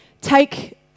take